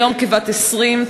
היום כבת 20,